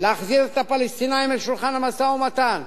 להחזיר את הפלסטינים אל שולחן המשא-ומתן.